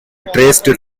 traced